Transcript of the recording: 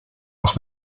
auch